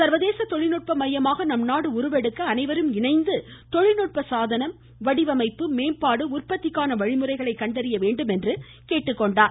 சா்வதேச தொழில்நுட்ப மையமாக நம் நாடு உருவெடுக்க அனைவரும் இணைந்து தொழில்நுட்ப சாதனம் வடிவமைப்பு மேம்பாடு உற்பத்திக்கான வழிமுறைகளை கண்டறிய வேண்டும் என்று கேட்டுக்கொண்டார்